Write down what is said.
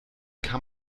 kann